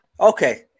okay